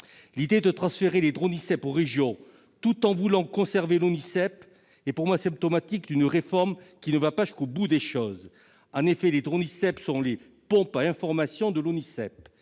et les professions, ou DRONISEP, aux régions tout en voulant conserver l'Office est pour moi symptomatique d'une réforme qui ne va pas jusqu'au bout des choses. En effet, les DRONISEP sont les pompes à information de l'ONISEP.